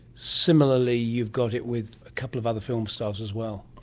similarly you got it with a couple of other film stars as well.